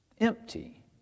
empty